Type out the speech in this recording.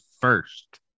first